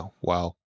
wow